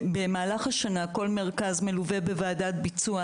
במהלך השנה כל מרכז מלווה בוועדת ביצוע.